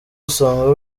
usanga